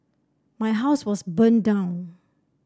my house was burned down